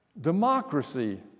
democracy